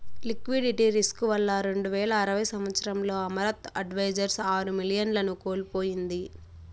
liquidity risk వల్ల రెండువేల ఆరవ సంవచ్చరంలో అమరత్ అడ్వైజర్స్ ఆరు మిలియన్లను కోల్పోయింది